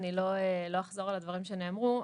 אני לא אחזור על הדברים שנאמרו,